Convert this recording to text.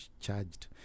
charged